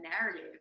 narrative